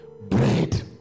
bread